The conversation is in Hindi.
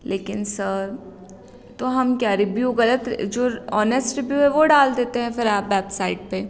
लेकिन सर तो हम क्या रेभ्यु करें तो जो ऑनेस्ट रेभ्यु है वो डाल देते हैं फिर आप बेबसाइट पर